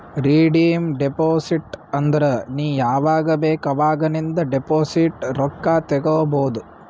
redeem deposit ಅಂದುರ್ ನೀ ಯಾವಾಗ್ ಬೇಕ್ ಅವಾಗ್ ನಿಂದ್ ಡೆಪೋಸಿಟ್ ರೊಕ್ಕಾ ತೇಕೊಬೋದು